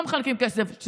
לא מחלקים כסף.